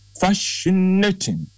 Fascinating